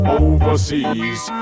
overseas